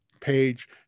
page